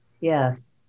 yes